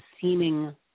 seeming